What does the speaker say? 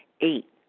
Eight